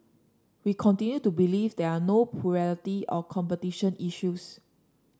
we continue to believe there are no plurality or competition issues